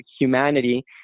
humanity